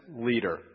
leader